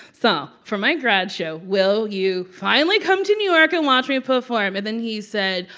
so for my grad show, will you finally come to new york and watch me perform? and then he said,